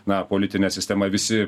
na politinė sistema visi